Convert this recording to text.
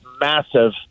massive